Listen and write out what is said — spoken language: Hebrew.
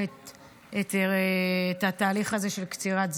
עשיתם את התהליך הזה של קצירת זרע.